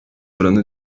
oranı